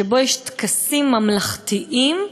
שבו יש טקסים ממלכתיים,